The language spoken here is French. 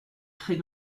très